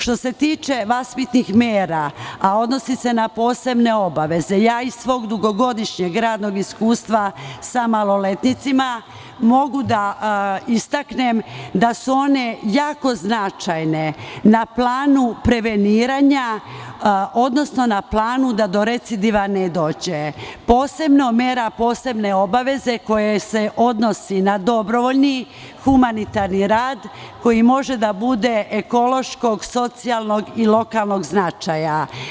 Što se tiče vaspitnih mera, a odnosi se na posebne obaveze, iz svog dugogodišnjeg radnog iskustva sa maloletnicima mogu da istaknem da su one jako značajne na planu preveniranja, odnosno na planu da do recidiva ne dođe, posebno mera posebne obaveze koja se odnosi na dobrovoljni humanitarni rad koji može da bude ekološkog, socijalnog i lokalnog značaja.